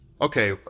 okay